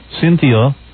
Cynthia